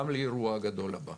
גם לאירוע הגדול הבא.